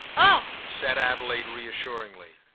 oh, said adelaide reassuringly,